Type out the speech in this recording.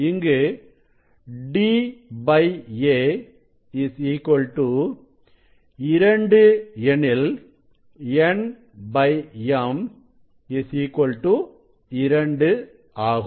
இங்கு d a 2 எனில் n m 2 ஆகும்